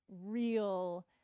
real